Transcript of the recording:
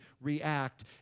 react